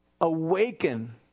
awaken